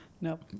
Nope